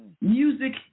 Music